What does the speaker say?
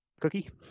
Cookie